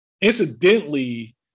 Incidentally